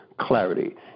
clarity